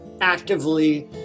actively